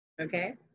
Okay